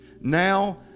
Now